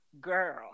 girl